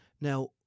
now